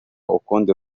ukundi